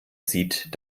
sieht